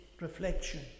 reflection